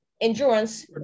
endurance